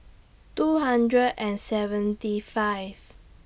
two hundred and seventy five